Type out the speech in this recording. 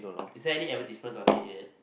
is there any advertisement on it yet